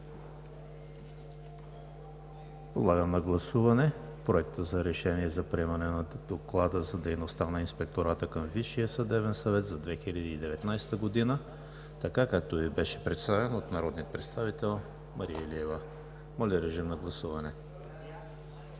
Подлагам на гласуване Проекта за решение за приемане на Доклада за дейността на Инспектората към Висшия съдебен съвет за 2019 г., така както Ви беше представен от народния представител Мария Илиева. Гласували